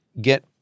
get